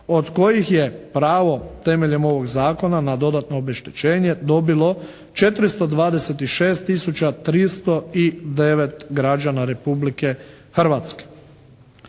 od kojih je pravo temeljem ovog zakona na dodatno obeštećenje dobilo 426 tisuća 309 građana Republike Hrvatske.